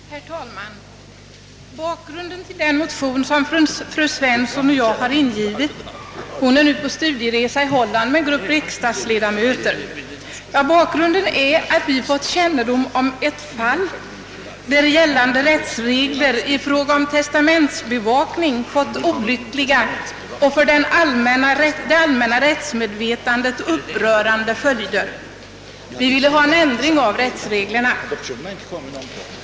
Herr talman! Bakgrunden till den motion som fru Svensson och jag har väckt — fru Svensson befinner sig för närvarande i sällskap med en grupp andra riksdagsledamöter på studieresa i Holland — är att vi fått kännedom om ett fall, där gällande rättsregler beträffande = testamentsbevakning = fått olyckliga och för det allmänna rättsmedvetandet upprörande följder. Vi har därför velat ha en ändring av rättsreglerna.